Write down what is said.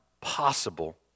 possible